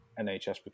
NHS